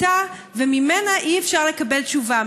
וממנה אי-אפשר לקבל תשובה.